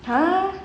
!huh!